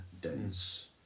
dense